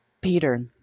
Peter